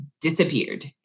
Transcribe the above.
disappeared